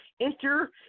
enter